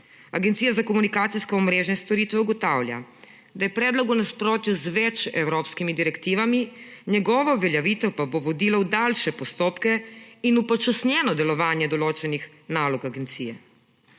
Agencija za komunikacijska omrežja in storitve ugotavlja, da je predlog v nasprotju z več evropskimi direktivami, njegova uveljavitev pa bo vodila v daljše postopke in upočasnjeno delovanje določenih nalog agencije.